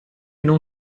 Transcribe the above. non